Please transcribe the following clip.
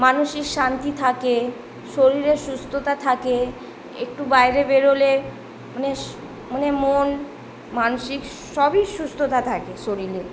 মানসিক শান্তি থাকে শরীরে সুস্থতা থাকে একটু বাইরে বেরোলে মানে মানে মন মানসিক সবই সুস্থতা থাকে শরীরে